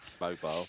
mobile